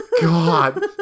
god